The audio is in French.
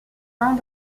ans